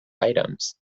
items